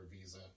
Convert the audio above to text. visa